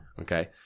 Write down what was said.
okay